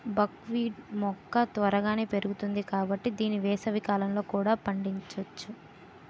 బక్ wheat మొక్క త్వరగానే పెరుగుతుంది కాబట్టి దీన్ని వేసవికాలంలో కూడా పండించొచ్చు